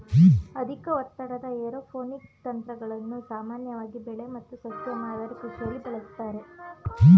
ಅಧಿಕ ಒತ್ತಡದ ಏರೋಪೋನಿಕ್ ತಂತ್ರಗಳನ್ನು ಸಾಮಾನ್ಯವಾಗಿ ಬೆಳೆ ಮತ್ತು ಸಸ್ಯ ಮಾದರಿ ಕೃಷಿಲಿ ಬಳಸ್ತಾರೆ